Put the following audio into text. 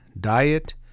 diet